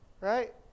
right